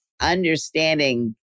understanding